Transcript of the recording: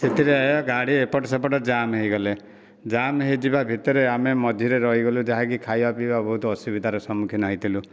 ସେଥିରେ ଗାଡ଼ି ଏପଟ ସେପଟ ଜାମ୍ ହୋଇଗଲେ ଜାମ୍ ହୋଇଯିବା ଭିତରେ ଆମେ ମଝିରେ ରହିଗଲୁ ଯାହାକି ଖାଇବା ପିଇବା ବହୁତ ଅସୁବିଧାର ସମ୍ମୁଖୀନ ହୋଇଥିଲୁ